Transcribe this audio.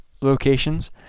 locations